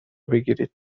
بگیرید